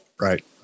Right